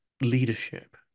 leadership